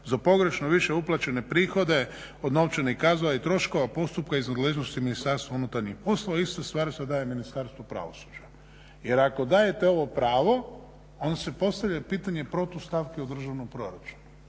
za pogrešno više uplaćene prihode od novčanih … i troškova postupka iz nadležnosti Ministarstva unutarnjih poslova. Ista stvar se daje Ministarstvu pravosuđa. Jer ako dajete ovo pravo onda se postavlja pitanje protustavke u državnom proračunu,